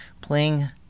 Playing